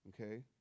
Okay